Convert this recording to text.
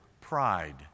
pride